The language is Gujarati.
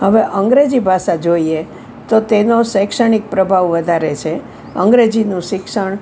હવે અંગ્રેજી ભાષા જોઈએ તો તેનો શૈક્ષણિક પ્રભાવ વધારે છે અંગ્રેજીનું શિક્ષણ